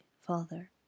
Father